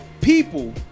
people